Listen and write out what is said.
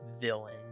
villain